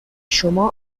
شما